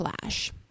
flash